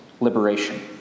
liberation